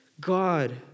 God